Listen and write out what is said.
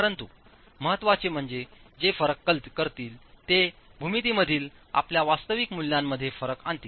परंतु महत्त्वाचे म्हणजे ते फरक करतीलते भूमितीमधील आपल्या वास्तविक मूल्यांमध्ये फरक आणतील